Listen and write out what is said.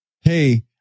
hey